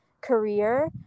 career